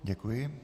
Děkuji.